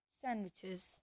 sandwiches